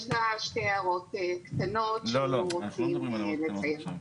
יש לה שתי הערות קטנות שהיינו רוצים לציין אותן.